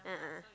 a'ah